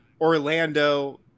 Orlando